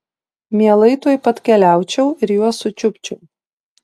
mielai tuoj pat keliaučiau ir juos sučiupčiau